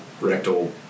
rectal